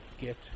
get